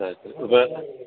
சரி சரி